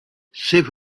save